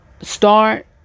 start